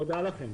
תודה לכם.